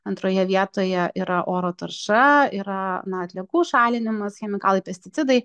antroje vietoje yra oro tarša yra na atliekų šalinimas chemikalai pesticidai